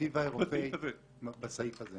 הדירקטיבה האירופאית בסעיף הזה